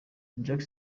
jacky